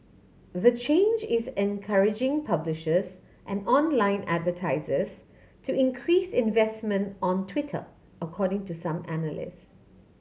the change is encouraging publishers and online advertisers to increase investment on Twitter according to some analyst